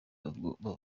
bavuga